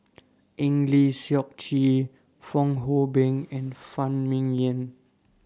Eng Lee Seok Chee Fong Hoe Beng and Phan Ming Yen